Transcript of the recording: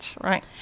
right